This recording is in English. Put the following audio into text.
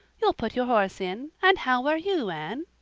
you'll put your horse in? and how are you, anne?